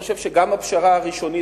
חושב שגם הפשרה הראשונית,